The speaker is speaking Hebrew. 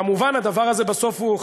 כמובן הדבר הזה בסוף הוא,